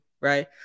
right